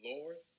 Lord